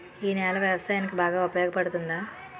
ఈ నేల వ్యవసాయానికి బాగా ఉపయోగపడుతుందా?